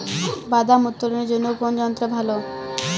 বাদাম উত্তোলনের জন্য কোন যন্ত্র ভালো?